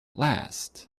last